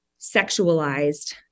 sexualized